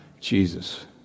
Jesus